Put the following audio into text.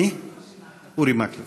אורי מקלב,